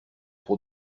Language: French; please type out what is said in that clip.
pour